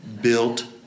built